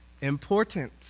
important